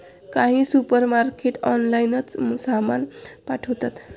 काही सुपरमार्केट ऑनलाइनच सामान पाठवतात